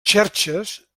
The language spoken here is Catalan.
xerxes